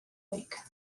lake